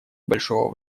большого